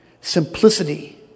Simplicity